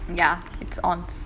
ya it's ons